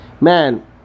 Man